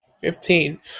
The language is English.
Fifteen